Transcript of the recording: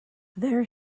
there